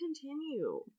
continue